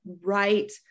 right